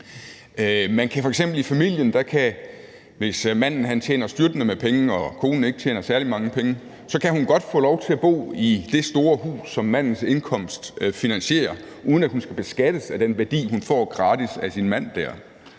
familien f.eks. godt, hvis manden tjener styrtende med penge og hun ikke tjener særlig mange penge, få lov til at bo i det store hus, som mandens indkomst finansierer, uden at hun skal beskattes af den værdi, hun får gratis af sin mand